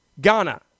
Ghana